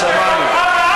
אוסקוט.